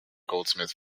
goldsmith